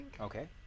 Okay